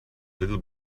little